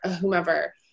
whomever